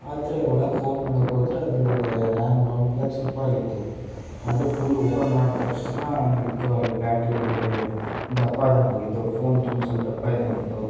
ಆದರೆ ಒಳಗೆ ಫೋನ್ ನೋಡೋಕ್ಕೋದ್ರೆ ಅದರೊಳಗೆ ರ್ಯಾಮ್ ರೋಮ್ ಎಲ್ಲ ಸೂಪರಾಗಿತ್ತು ಆದರೆ ಫುಲ್ ಓಪನ್ ಮಾಡಿದ ತಕ್ಷಣ ಏನಾಗಿತ್ತು ಅಲ್ಲಿ ಬ್ಯಾಟ್ರಿಯಲ್ಲಿ ದಪ್ಪಾದಂಗೆ ಆಗಿತ್ತು ಫೋನ್ ತುಂಬ ಸ್ವಲ್ಪ ದಪ್ಪ ಇದ್ದಂಗೆ ಇತ್ತು